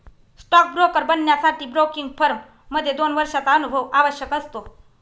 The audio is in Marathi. स्टॉक ब्रोकर बनण्यासाठी ब्रोकिंग फर्म मध्ये दोन वर्षांचा अनुभव आवश्यक असतो